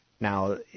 Now